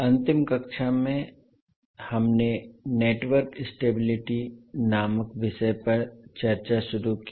अंतिम कक्षा में हमने नेटवर्क स्टेबिलिटी नामक विषय पर चर्चा शुरू की